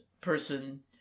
person